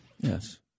Yes